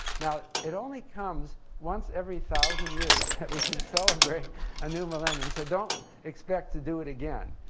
now, it only comes once every thousand years that we can celebrate a new millennium, so don't expect to do it again.